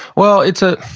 well, it's a